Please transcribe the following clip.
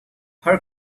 her